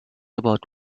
about